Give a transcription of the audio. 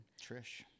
Trish